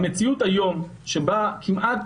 במציאות היום, שבה כמעט,